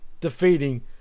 defeating